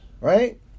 Right